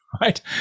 right